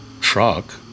truck